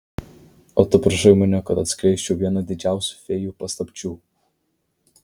o tu prašai mane kad atskleisčiau vieną didžiausių fėjų paslapčių